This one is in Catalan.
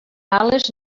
ales